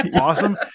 awesome